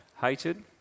Hated